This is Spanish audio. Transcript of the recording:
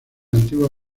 antigua